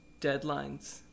deadlines